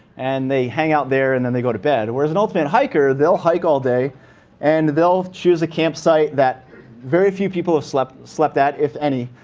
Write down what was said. and they hang out there and then they go to bed. whereas an ultimate hiker, they'll hike all day and they'll choose a campsite that very few people have slept slept at, if any.